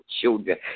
children